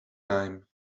time